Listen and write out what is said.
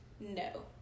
No